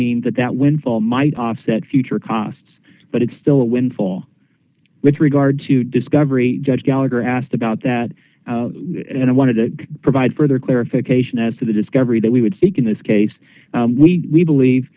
mean that that windfall might offset future costs but it's still a windfall with regard to discover a judge gallagher asked about that and i wanted to provide further clarification as to the discovery that we would seek in this case we believe